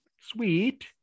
sweet